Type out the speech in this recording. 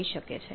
હોઇ શકે છે